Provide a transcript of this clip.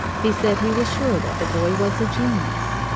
he said he was sure that the boy was a genius.